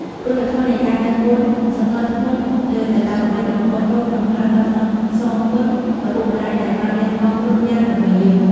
គុណធម៌នៃការដឹងគុណ វសង្កត់ធ្ងន់លើកាតព្វកិច្ចរបស់កូនៗក្នុងការតបស្នងគុណឪពុកម្តាយដែលបានលះបង់គ្រប់យ៉ាងដើម្បីយើង។